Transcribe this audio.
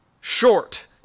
short